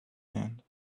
end